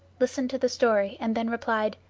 listened to the story, and then replied,